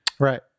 Right